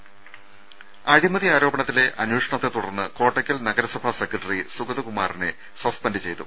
രുദ അഴിമതി ആരോപണത്തിലെ അന്വേഷണത്തെത്തുടർന്ന് കോട്ടയ്ക്കൽ നഗരസഭാ സെക്രട്ടറി സുഗതകുമാറിനെ സസ്പെൻഡ് ചെയ്തു